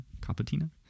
Capatina